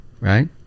Right